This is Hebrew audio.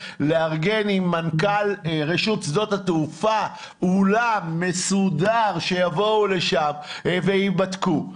לארגן עם מנכ"ל רשות שדות התעופה אולם מסודר שיבואו לשם וייבדקו.